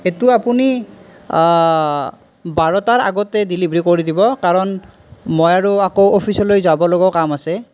এইটো আপুনি বাৰটাৰ আগতে ডেলিভাৰী কৰি দিব কাৰণ মই আৰু আকৌ অফিচলৈ যাব লগাও কাম আছে